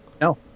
No